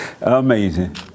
Amazing